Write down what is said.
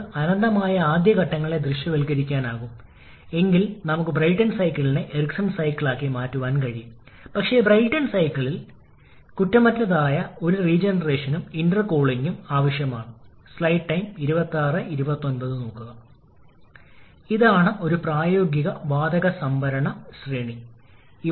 അതിനാൽ നിങ്ങളുടെ T3 6500𝐶 ഇപ്പോൾ നമ്മൾ unit mass flow rate work റേഷ്യോയുടെ പവർ output ട്ട്പുട്ടും ചൂട് എക്സ്ചേഞ്ചറുകളിലെ മർദ്ദം കുറയുന്നതിനെ അവഗണിക്കുന്ന സൈക്കിൾ കാര്യക്ഷമതയും വീണ്ടും കണക്കാക്കേണ്ടതുണ്ട്